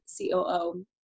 COO